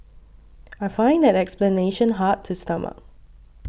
I find that explanation hard to stomach